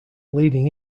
leading